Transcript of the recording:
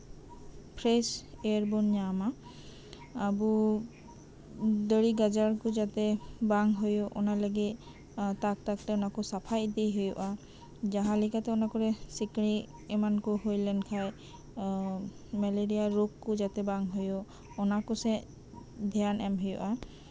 fresh air ᱵᱚᱱ ᱧᱟᱢᱟ ᱟᱵᱚ ᱫᱟᱨᱮ ᱜᱟᱡᱟᱲ ᱠᱚ ᱡᱟᱛᱮ ᱵᱟᱝ ᱦᱩᱭᱩᱜ ᱛᱟᱠ ᱛᱟᱠ ᱨᱮ ᱥᱟᱯᱷᱟ ᱤᱫᱤ ᱦᱩᱭᱩᱜᱼᱟ ᱡᱟᱸᱦᱟ ᱞᱮᱠᱟᱛᱮ ᱥᱤᱠᱲᱤᱪ ᱮᱢᱟᱱ ᱠᱚ ᱦᱩᱭ ᱞᱮᱱᱠᱷᱟᱡ ᱢᱮᱞᱮᱨᱤᱭᱟ ᱨᱳᱜ ᱠᱚ ᱡᱟᱛᱮ ᱵᱟᱝ ᱦᱩᱭᱩᱜ ᱚᱱᱟ ᱠᱚᱥᱮᱡ ᱫᱷᱮᱭᱟᱱ ᱮᱢ ᱦᱩᱭᱩᱜᱼᱟ